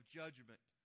judgment